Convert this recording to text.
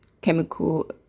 chemical